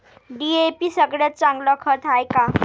DAP सगळ्यात चांगलं खत हाये का?